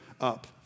up